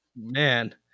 man